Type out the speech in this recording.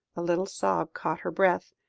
a little sob caught her breath.